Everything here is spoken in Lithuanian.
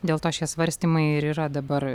dėl to šie svarstymai ir yra dabar